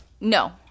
No